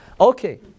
Okay